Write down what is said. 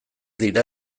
dira